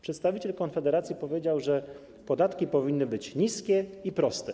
Przedstawiciel Konfederacji powiedział, że podatki powinny być niskie i proste.